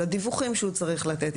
לדיווחים שהוא צריך לתת,